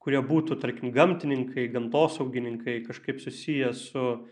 kurie būtų tarkim gamtininkai gamtosaugininkai kažkaip susiję su